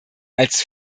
als